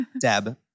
Deb